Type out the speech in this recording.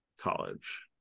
college